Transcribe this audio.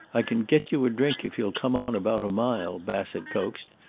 i can get you a drink, if you'll come on about a mile, bassett coaxed.